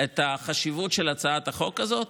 את החשיבות של הצעת החוק הזאת?